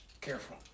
Careful